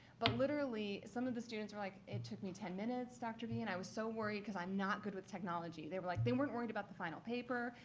but literally, some of the students were like, it took me ten minutes dr. b. and i was so worried because i'm not good with technology. they were like they weren't worried about the final paper.